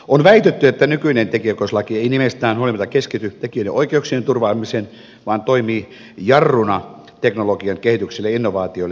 on väitetty että nykyinen tekijänoikeuslaki ei nimestään huolimatta keskity tekijöiden oikeuksien turvaamiseen vaan toimii jarruna teknologian kehitykselle ja innovaatioille